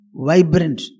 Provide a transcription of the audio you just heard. vibrant